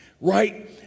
right